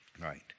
Right